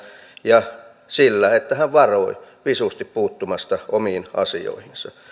sillä että hän varoi visusti puuttumasta omiin asioihinsa